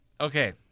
okay